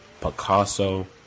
Picasso